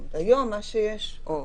מה שיש היום,